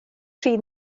tri